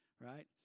Right